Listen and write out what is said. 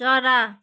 चरा